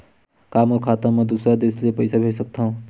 का मोर खाता म दूसरा देश ले पईसा भेज सकथव?